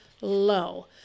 low